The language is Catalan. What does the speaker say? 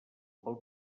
pel